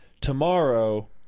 tomorrow